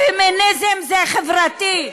פמיניזם זה חברתי.